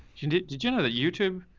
and did did you know that youtube,